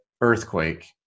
earthquake